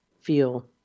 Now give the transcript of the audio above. feel